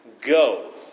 go